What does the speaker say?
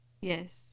Yes